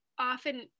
often